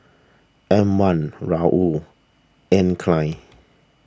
M one Raoul Anne Klein